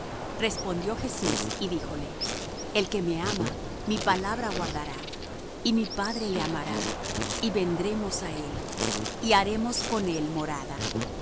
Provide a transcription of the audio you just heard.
respondió jesús y díjole el que me ama mi palabra guardará y mi padre le amará y vendremos á él y haremos con él morada